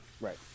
right